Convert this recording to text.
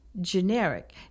generic